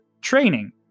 training